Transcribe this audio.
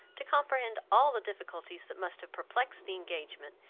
to comprehend all the difficulties that must have perplexed the engagement,